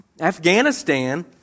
Afghanistan